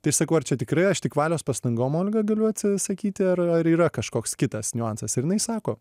tai sakau ar čia tikrai aš tik valios pastangom olga galiu atsisakyti ar ar yra kažkoks kitas niuansas ir jinai sako